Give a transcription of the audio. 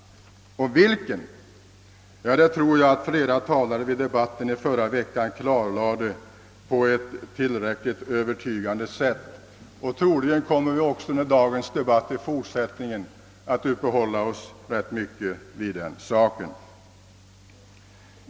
Vilken denna anledning är klarlade flera talare under förra veckans debatt på ett tillräckligt övertygande sätt. Troligen kommer vi också under den fortsatta debatten i dag att rätt mycket uppehålla oss vid denna sak.